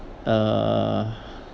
uh